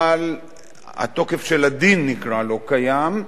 אבל התוקף של הדין, נקרא לו, קיים,